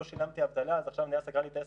לא שילמתי אבטלה אז עכשיו המדינה סגרה לי את העסק,